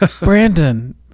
Brandon